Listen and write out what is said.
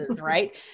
right